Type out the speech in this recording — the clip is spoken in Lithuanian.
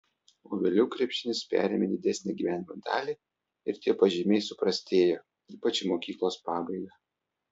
o vėliau krepšinis perėmė didesnę gyvenimo dalį ir tie pažymiai suprastėjo ypač į mokyklos pabaigą